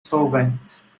solvents